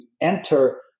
enter